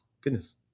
goodness